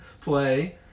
play